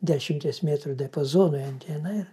dešimties metrų diapazonui anteną ir